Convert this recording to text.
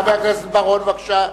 חבר הכנסת בר-און, בבקשה.